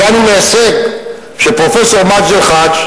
הגענו להישג שפרופסור מאג'ד אלחאג',